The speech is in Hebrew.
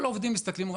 כל העובדים מסתכלים,